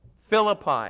Philippi